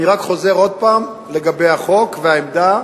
אני רק חוזר עוד פעם, לגבי החוק והעמדה,